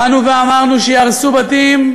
באנו ואמרנו שיהרסו בתים,